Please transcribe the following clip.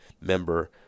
member